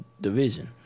division